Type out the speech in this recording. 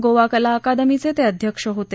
गोवा कला अकादमीचे ते अध्यक्ष होते